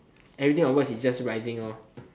everything onwards is just rising lor